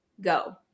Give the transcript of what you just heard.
go